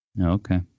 Okay